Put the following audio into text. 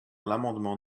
l’amendement